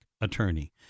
attorney